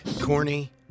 Corny